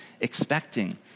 expecting